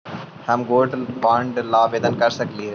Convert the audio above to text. हम gold bond ला आवेदन कर सकली हे?